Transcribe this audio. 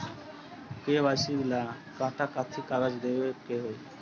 KYC ला कट्ठा कथी कागज देवे के होई?